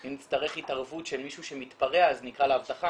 אם נצטרך התערבות כשמישהו מתפרע אז נקרא לאבטחה,